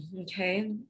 okay